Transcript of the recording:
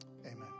Amen